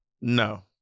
No